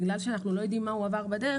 בגלל שאנחנו לא יודעים מה הוא עבר בדרך,